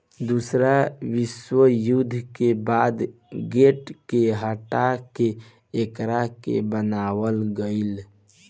दूसरा विश्व युद्ध के बाद गेट के हटा के एकरा के बनावल गईल